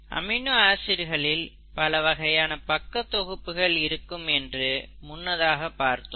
amino ஆசிட்டுகளில் பல வகையான பக்க தொகுப்புகள் இருக்கும் என்று முன்னதாக பார்த்தோம்